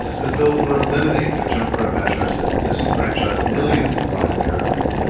this bill would eliminate the jim crow measures that had disenfranchised millions of black americans.